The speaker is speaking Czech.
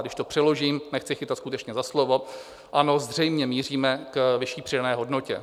Když to přeložím nechci chytat skutečně za slovo ano, zřejmě míříme k vyšší přidané hodnotě.